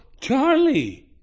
Charlie